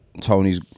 Tony's